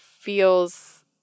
feels